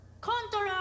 CONTROL